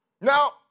Now